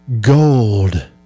gold